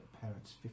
parents